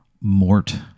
Mort